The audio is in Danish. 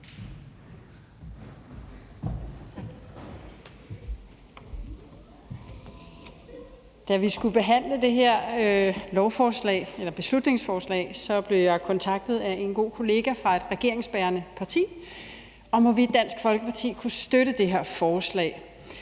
Da vi skulle behandle det her beslutningsforslag, blev jeg kontaktet af en god kollega fra et regeringsbærende parti om, hvorvidt Dansk Folkeparti kunne støtte det her forslag.